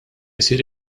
jsir